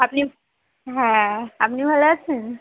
আপনি হ্যাঁ আপনি ভালো আছেন